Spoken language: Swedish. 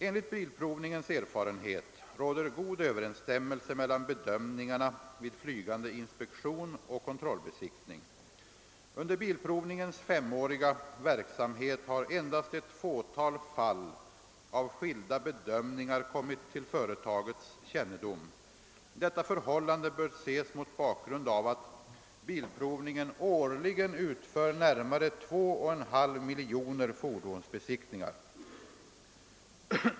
Enligt Bilprovningens erfarenhet råder god överensstämmelse mellan bedömningarna vid flygande inspektion och kontrollbesiktning. Under Bilprovningens femåriga verksamhet har endast ett fåtal fall av skilda bedömningar kommit till företagets kännedom. Detta förhållande bör ses mot bakgrund. av att Bilprovningen årligen utför närmare 2,5 miljoner fordonsbesiktningar.